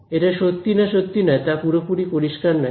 এটা সত্যি না সত্যি নয় তা পুরোপুরি পরিষ্কার নয়